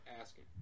asking